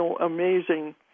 amazing